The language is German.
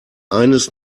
eines